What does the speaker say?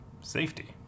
Safety